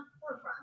forefront